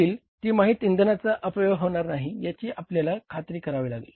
पुढील तिमाहीत इंधनांचा अपव्यय होणार नाही याची आपल्याला खात्री करावी लागेल